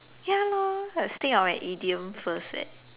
ya lor must think of an idiom first leh